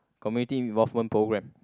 community involvement programme